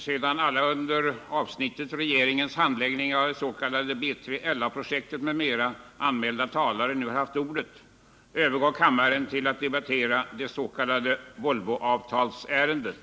Sedan alla under avsnittet Regeringens handläggning av det s.k. BILA projektet m.m. anmälda talare nu haft ordet övergår kammaren till att debattera Det s.k. Volvoavtalsärendet.